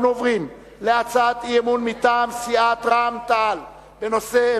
אנחנו עוברים להצעת אי-אמון מטעם סיעת רע"ם-תע"ל בנושא: